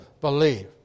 believe